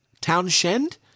Townshend